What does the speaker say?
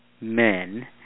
men